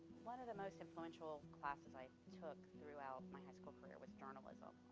one of the most influential classes i took throughout my high school career was journalism,